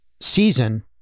season